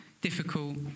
difficult